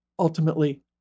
Ultimately